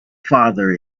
father